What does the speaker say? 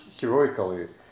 heroically